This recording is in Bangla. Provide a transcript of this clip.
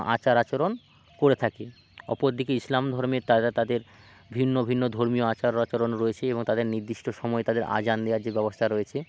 আচার আচরণ করে থাকে অপর দিকে ইসলাম ধর্মের তারা তাদের ভিন্ন ভিন্ন ধর্মীয় আচার আচরণ রয়েছে এবং তাদের নির্দিষ্ট সময় তাদের আজান দেওয়ার যে ব্যবস্থা রয়েছে